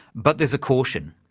but there's a caution,